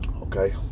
Okay